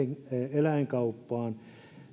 eläinkauppaan